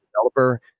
developer